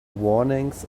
warnings